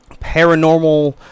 paranormal